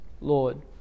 Lord